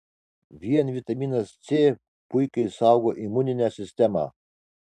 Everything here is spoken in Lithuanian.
vien vitaminas c puikiai saugo imuninę sistemą